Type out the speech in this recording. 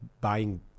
Buying